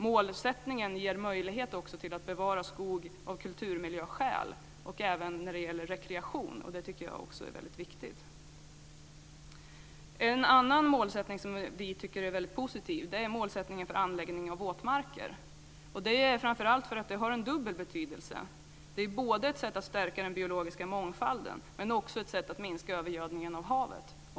Målsättningen ger också möjlighet att bevara skog av kulturmiljöskäl och för rekreation, och det tycker jag också är väldigt viktigt. En annan målsättning som vi tycker är väldigt positiv är målsättningen för anläggning av våtmarker. Den har nämligen dubbel betydelse: Det är ett sätt att stärka den biologiska mångfalden, men också ett sätt att minska övergödningen av havet.